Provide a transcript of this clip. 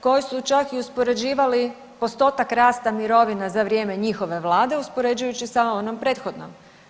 koji su čak i uspoređivali postotak rasta mirovina za vrijeme njihove vlade uspoređujući sa onom prethodnom.